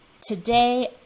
today